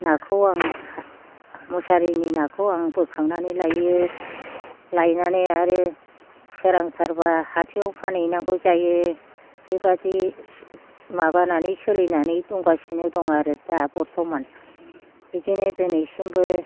नाखौ आं मुसारिनि नाखौ आं बोखांनानै लायो लायनानै आरो सोरांथारबा हाथाइ आव फानहैनांगौ जायो बेबादि माबानानै सोलिनानै दंगासिनो दं आरो दा बरथ'मान बिदिनो दिनैसिमबो